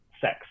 sex